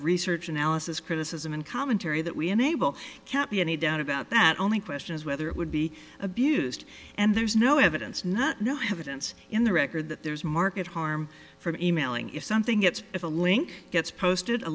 research analysis criticism and commentary that we enable can't be any doubt about that only question is whether it would be abused and there's no evidence not no habitants in the record that there's market harm from emailing if something it's if a link gets posted a